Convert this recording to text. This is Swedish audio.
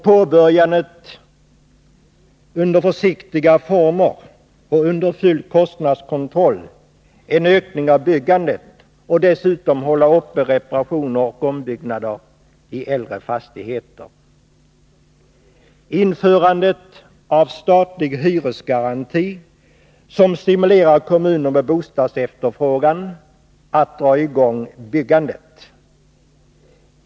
Påbörja en försiktig ökning av byggandet under full kostnadskontroll. Håll uppe reparationer och ombyggnader i äldre fastigheter. Inför statlig hyresgaranti som stimulerar kommuner med bostadsefterfrågan att dra i gång byggandet.